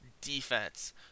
defense